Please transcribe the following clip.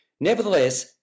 Nevertheless